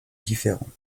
différents